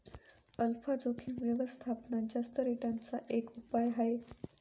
alpha जोखिम व्यवस्थापनात जास्त रिटर्न चा एक उपाय आहे